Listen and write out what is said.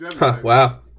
Wow